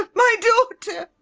my daughter!